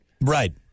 Right